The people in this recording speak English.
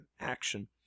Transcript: action